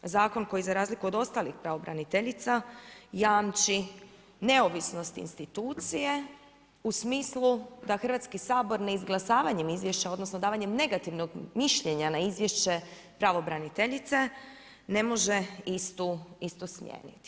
Zakon koji za razliku od ostalih pravobraniteljica, jamči neovisnost institucije u smislu da Hrvatski sabor neizglasavanjem izvješća odnosno davanjem negativnog mišljenja na izvješće pravobraniteljice, ne može istu smijeniti.